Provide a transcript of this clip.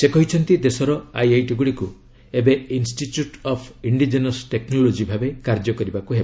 ସେ କହିଛନ୍ତି ଦେଶର ଆଇଆଇଟି ଗୁଡ଼ିକୁ ଏବେ ଇନ୍ଷ୍ଟିଚ୍ୟୁଟ୍ ଅଫ୍ ଇଣ୍ଡିଜେନସ ଟେକ୍ନୋଲୋଜି ଭାବେ କାର୍ଯ୍ୟ କରିବାକୁ ହେବ